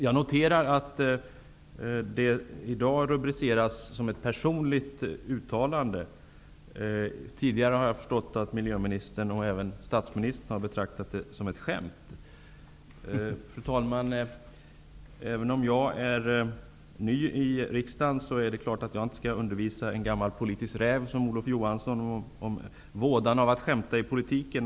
Jag noterar att uttalandet i dag rubriceras som ett personligt uttalande. Tidigare har jag förstått att miljöministern och även statsministern har betraktat det som ett skämt. Fru talman! Jag är ny i riksdagen, och jag skall självfallet inte undervisa en gammal politisk räv som Olof Johansson om vådan av att skämta i politiken.